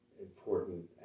important